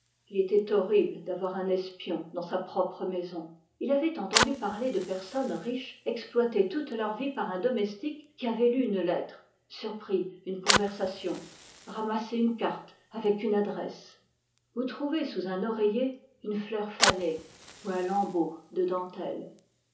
il était horrible d'avoir un espion dans sa propre maison il avait entendu parler de personnes riches exploitées toute leur vie par un domestique qui avait lu une lettre surpris une conversation ramassé une carte avec une adresse ou trouvé sous un oreiller une fleur fanée ou un lambeau de dentelle